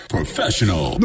Professional